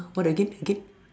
what again again